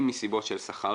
אם מסיבות של שכר,